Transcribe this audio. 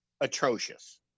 atrocious